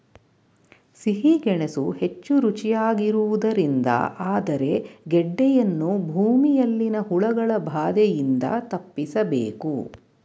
ಸಿಹಿ ಗೆಣಸು ಹೆಚ್ಚು ರುಚಿಯಾಗಿರುವುದರಿಂದ ಆದರೆ ಗೆಡ್ಡೆಯನ್ನು ಭೂಮಿಯಲ್ಲಿನ ಹುಳಗಳ ಬಾಧೆಯಿಂದ ತಪ್ಪಿಸಬೇಕು